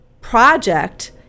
project